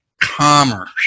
commerce